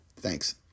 Thanks